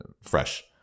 fresh